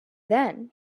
then